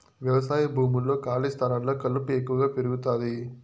వ్యవసాయ భూముల్లో, ఖాళీ స్థలాల్లో కలుపు ఎక్కువగా పెరుగుతాది